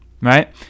Right